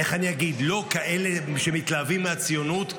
איך אני אגיד, לא כאלה שמתלהבים מהציונות.